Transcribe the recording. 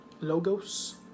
logos